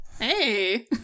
Hey